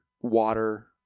Water